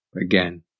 Again